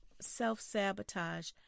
self-sabotage